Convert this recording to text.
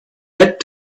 het